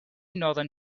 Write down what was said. northern